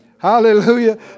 Hallelujah